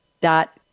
dot